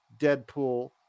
Deadpool